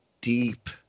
deep